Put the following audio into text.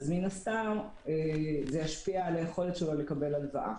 אז מן הסתם זה ישפיע על היכולת שלו לקבל הלוואה.